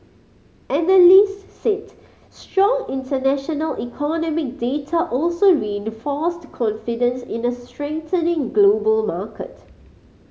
analyst said strong international economic data also reinforced confidence in a strengthening global market